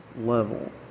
level